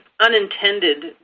unintended